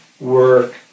work